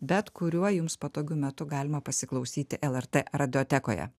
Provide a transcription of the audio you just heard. bet kuriuo jums patogiu metu galima pasiklausyti lrt radiotekoje